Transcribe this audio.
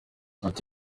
yagize